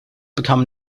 become